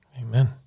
Amen